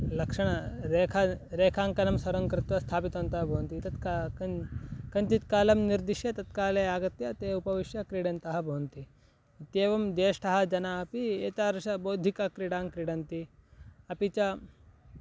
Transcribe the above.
लक्षणं रेखां रेखाङ्कनं सर्वं कृत्वा स्थापितवन्तः भवन्ति तत् का कञ् कञ्चित् कालं निर्दिश्य तत्काले आगत्य ते उपविश्य क्रीडन्तः भवन्ति इत्येवं ज्येष्ठाः जनाः अपि एतादृशीं बौद्धिकक्रीडां क्रीडन्ति अपि च